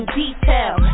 detail